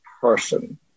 person